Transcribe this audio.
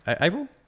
April